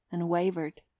and wavered.